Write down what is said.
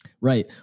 Right